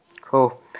Cool